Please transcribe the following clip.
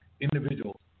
individuals